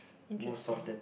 interesting